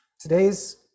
today's